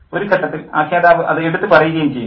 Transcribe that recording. ഒരു ഘട്ടത്തിൽ ആഖ്യാതാവ് അത് എടുത്തു പറയുകയും ചെയ്യുന്നു